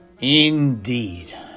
Indeed